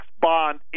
bond